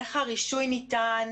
איך הרישוי ניתן,